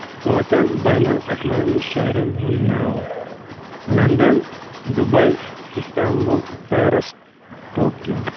پانٛژن بین الاقوامی شَہرن ہُنٛد ناو London Dubai Istanbul Paris Tokyo